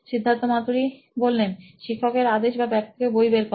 সিদ্ধার্থ মাতু রি সি ই ও নোইন ইলেক্ট্রনিক্স শিক্ষক এর আদেশ বা ব্যাগ থেকে বই বের করা